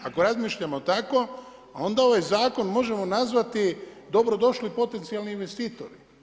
Ako razmišljamo tako onda ovaj zakon možemo nazvati dobrodošli potencijalni investitori.